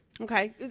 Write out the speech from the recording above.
Okay